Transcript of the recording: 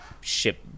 ship